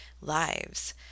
lives